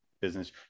business